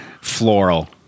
floral